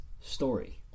story